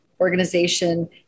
organization